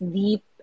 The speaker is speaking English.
deep